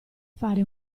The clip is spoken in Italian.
fare